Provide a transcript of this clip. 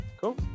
Cool